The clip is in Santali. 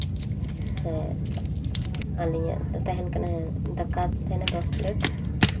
ᱦᱮᱸ ᱟᱹᱞᱤᱧᱟᱜ ᱛᱟᱦᱮᱱ ᱠᱟᱱᱟ ᱦᱟᱸᱜ ᱫᱟᱠᱟ ᱛᱟᱦᱮᱸᱱᱟ ᱫᱚᱥ ᱯᱞᱮᱴ